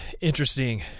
interesting